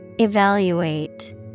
Evaluate